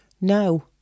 No